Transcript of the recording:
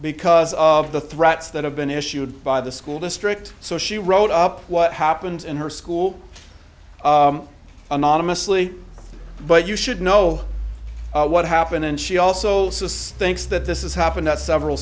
because of the threats that have been issued by the school district so she wrote up what happens in her school anonymously but you should know what happened and she also thinks that this is happening at several